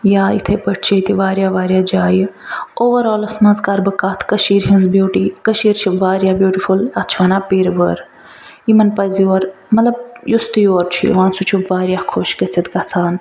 یا یتھٔے پٲٹھی چھِ ییٚتہِ واریاہ واریاہ جایہِ اورآلس منٛز کر بہٕ کتھ کشیٖرِ ہنٛز بیٛوٹی کشیٖر چھِ واریاہ بیٛوٹِفٕل اَتھ چھِ ونان پرٕوٲر یِمن پزِ یور مطلب یُس تہِ یور چھُ یِوان سُہ چھُ واریاہ خۄش گژھِتھ گژھان